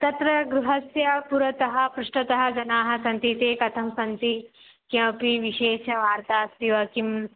तत्र गृहस्य पुरतः पृष्ठतः जनाः सन्ति ते कथं सन्ति किमपि विशेषवार्ता अस्ति वा किम्